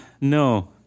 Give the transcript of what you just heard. no